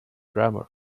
grammar